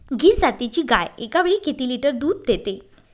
गीर जातीची गाय एकावेळी किती लिटर दूध देते?